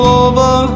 over